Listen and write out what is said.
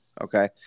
Okay